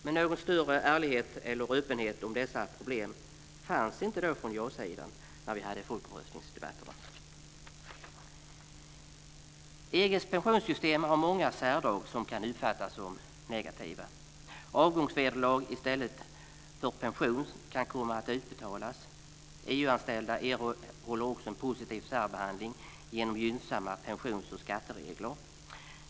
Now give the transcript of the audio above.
Men någon större ärlighet eller öppenhet vad gäller dessa problem fanns inte från ja-sidan när vi förde folkomröstningsdebatterna. EG:s pensionssystem har många särdrag, som kan uppfattas som negativa. Avgångsvederlag i stället för pension kan komma att utbetalas. EU-anställda erhåller en positiv särbehandling genom gynnsamma pensions och skatteregler.